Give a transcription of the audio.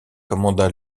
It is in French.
commanda